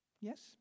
Yes